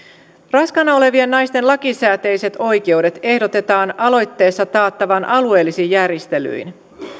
raskaana olevien naisten lakisääteiset oikeudet ehdotetaan aloitteessa taattavan alueellisin järjestelyin